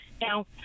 Now